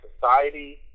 society